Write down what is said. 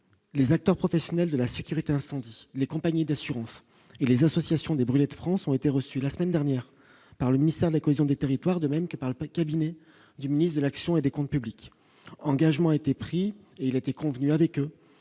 les acteurs, professionnels de la sécurité incendie, les compagnies d'assurance et les associations des brûlés de France ont été reçus la semaine dernière par le ministère de la cohésion des territoires, de même que parle pas cabinet du ministre de l'action et des Comptes publics engagement a été pris et il a été convenu avec eux